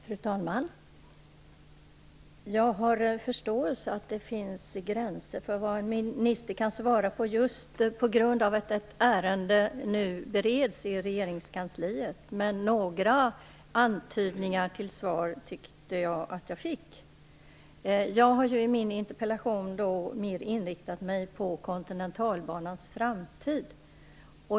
Fru talman! Jag har förståelse för att det finns gränser för vad en minister kan svara på när ett ärende bereds i regeringskansliet. Men några antydningar till svar tyckte jag att jag fick. Jag har i min interpellation inriktat mig på Kontinentalbanans framtid.